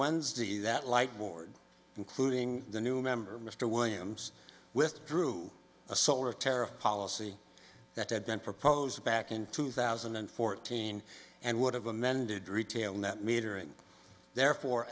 wednesday that light board including the new member mr williams withdrew a solar tariff policy that had been proposed back in two thousand and fourteen and would have amended retail net metering therefore